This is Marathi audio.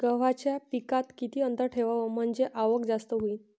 गव्हाच्या पिकात किती अंतर ठेवाव म्हनजे आवक जास्त होईन?